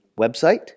website